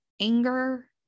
anger